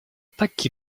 так